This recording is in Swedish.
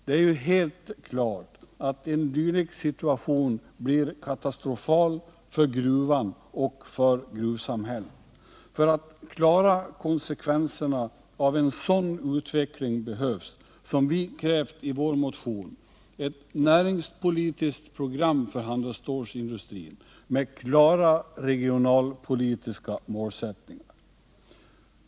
Det är ju helt klart att en dylik situation blir katastrofal för gruvan och gruvsamhället. Föratt klara konsekvenserna av en sådan utveckling behövs, som vi krävt i vår motion, ett näringspolitiskt program för handelsstålsindustrin med klara regionalpolitiska målsättningar.